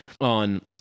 on